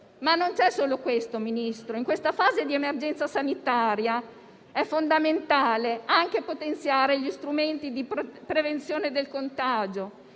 Ma non c'è solo questo, signor Ministro. In questa fase di emergenza sanitaria è fondamentale anche potenziare gli strumenti di prevenzione del contagio